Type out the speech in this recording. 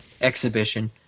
exhibition